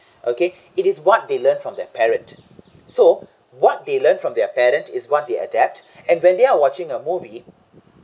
okay it is what they learn from their parent so what they learn from their parent is what they adapt and when they are watching a movie